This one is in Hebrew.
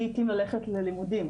לי התאים ללכת ללימודים.